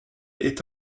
est